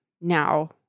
now